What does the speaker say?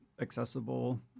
accessible